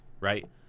right